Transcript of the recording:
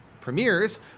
premieres